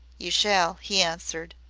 you shall, he answered,